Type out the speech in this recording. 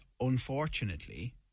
unfortunately